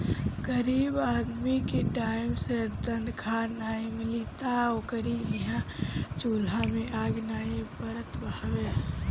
गरीब आदमी के टाइम से तनखा नाइ मिली तअ ओकरी इहां चुला में आगि नाइ बरत हवे